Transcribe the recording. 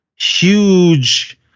huge